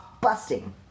busting